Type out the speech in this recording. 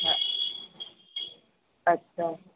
हा अच्छा